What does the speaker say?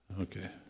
Okay